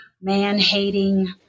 man-hating